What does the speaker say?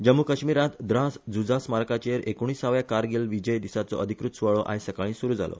जम्मू काश्मीरांत द्रास झुजा स्मारकाचेर एकुणीसाव्या कारगील विजय दिसाचो अधिकृत सुवाळो आयज सकाळी सुरु जालो